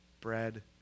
bread